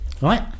Right